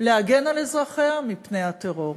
להגן על אזרחיה מפני הטרור.